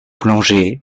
plongée